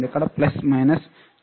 ఇక్కడ plus minus చూస్తారు